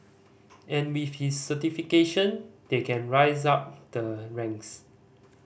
and with his certification they can rise up the ranks